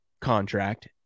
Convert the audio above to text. contract